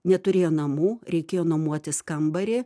neturėjo namų reikėjo nuomotis kambarį